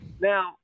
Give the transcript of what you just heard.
Now